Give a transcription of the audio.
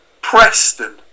Preston